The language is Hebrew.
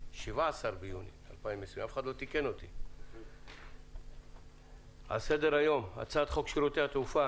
ביוני 2020. על סדר-היום: הצעת חוק שירותי תעופה